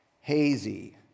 hazy